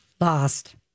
Lost